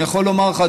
אני יכול לומר לך,